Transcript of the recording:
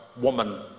woman